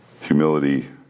Humility